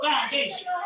foundation